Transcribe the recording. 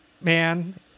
Man